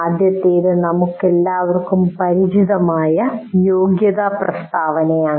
ആദ്യത്തേത് നമുക്കെല്ലാവർക്കും പരിചിതമായ യോഗ്യതാപ്രസ്താവനയാണ്